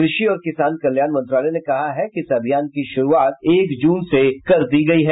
कृषि और किसान कल्याण मंत्रालय ने कहा है कि इस अभियान की शुरुआत एक जून से कर दी गयी है